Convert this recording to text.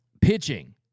pitching